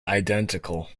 identical